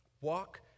Walk